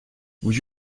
would